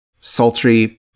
sultry